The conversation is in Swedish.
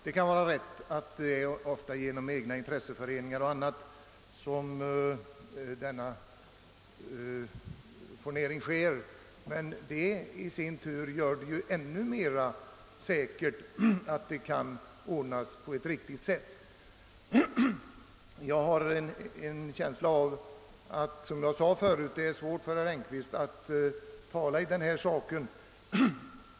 Det kan vara riktigt att denna fournering ofta sker genom t.ex. egna intresseföreningar; men detta förhållande gör det ännu mer säkert att det kan ordnas på ett bra sätt. Jag har, som jag sade, en känsla av att det är svårt för herr Engkvist att tala i denna sak.